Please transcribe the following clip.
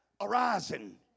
Arising